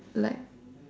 like